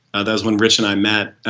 ah that's when rich and i met.